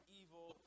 evil